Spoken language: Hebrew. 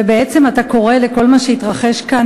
ובעצם אתה קורא לכל מה שהתרחש כאן